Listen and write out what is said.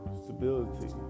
stability